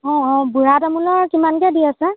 অ' অ' বুঢ়া তামোলৰ কিমানকৈ দি আছে